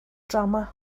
drama